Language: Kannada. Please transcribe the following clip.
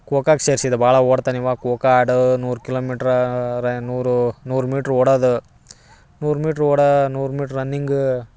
ಖೋಖೋಗೆ ಸೇರ್ಸಿದ್ರು ಭಾಳ ಓಡ್ತಾನೆ ಇವ ಖೋಖೋ ಆಡು ನೂರು ಕಿಲೋಮೀಟ್ರಾ ರ ನೂರು ನೂರು ಮೀಟ್ರ್ ಓಡಾದು ನೂರು ಮೀಟ್ರ್ ಓಡಾ ನೂರು ಮೀಟ್ರ್ ರನ್ನಿಂಗ್